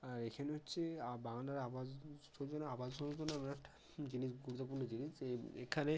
আর এখানে হচ্ছে বাংলার আবাস যোজনা আবাস যোজনা একটা জিনিস গুরুত্বপূর্ণ জিনিস যে এখানে